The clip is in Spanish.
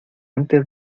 antes